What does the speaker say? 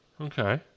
okay